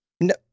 No